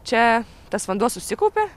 čia tas vanduo susikaupė